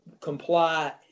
comply